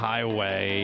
Highway